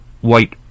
white